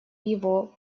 его